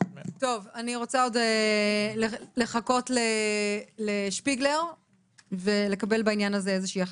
רוצה עוד לחכות לשפיגלר ולקבל בעניין הזה החלטה.